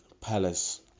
Palace